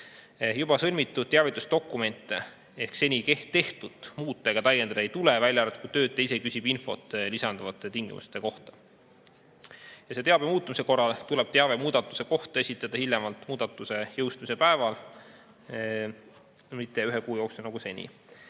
Juba sõlmitud teavitusdokumente ehk seni tehtut muuta ega täiendada ei tule, välja arvatud kui töötaja ise küsib infot lisanduvate tingimuste kohta. Teabe muutumise korral tuleb teave muudatuse kohta esitada hiljemalt muudatuse jõustumise päeval, mitte ühe kuu jooksul nagu seni.